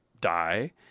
die